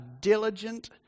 diligent